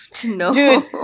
Dude